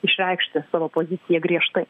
išreikšti savo poziciją griežtai